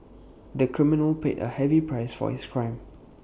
the criminal paid A heavy price for his crime